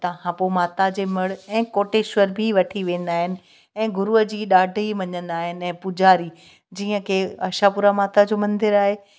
उतां खां पोइ माता जे मढ़ ऐं कोटेश्वर बि वठी वेंदा आहिनि ऐं गुरूअ जी ॾाढी मञींदा आहिनि ऐं पूजारी जीअं की आशापूरा माता जो मंदरु आहे